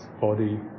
body